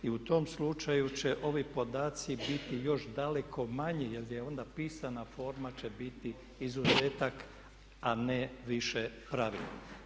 I u tom slučaju će ovi podaci biti još daleko manji jer onda pisana forma će biti izuzetak a ne više pravilo.